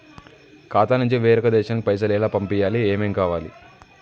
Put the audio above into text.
ఖాతా నుంచి వేరొక దేశానికి పైసలు ఎలా పంపియ్యాలి? ఏమేం కావాలి?